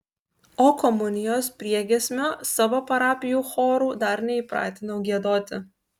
o komunijos priegiesmio savo parapijų chorų dar neįpratinau giedoti